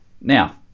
Now